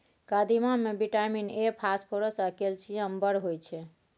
कदीमा मे vitamin A, phosphorus आ कैल्शियम बड़ होइ छै